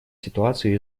ситуацию